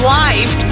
life